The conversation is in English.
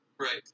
Right